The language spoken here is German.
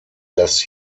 das